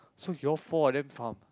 so you all four of them farm ah